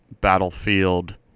Battlefield